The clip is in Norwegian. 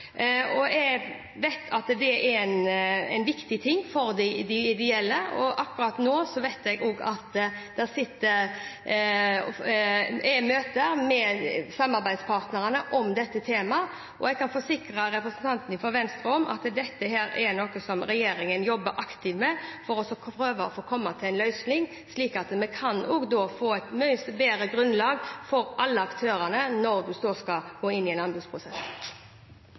og jeg vet at det er en viktig ting for de ideelle – og akkurat nå vet jeg også at det er møter mellom samarbeidspartnerne om dette temaet. Jeg kan forsikre representanten fra Venstre om at dette er noe som regjeringen jobber aktivt med å prøve å komme fram til en løsning på, slik at vi kan få et mye bedre grunnlag for alle aktørene når en så skal gå inn i en anbudsprosess.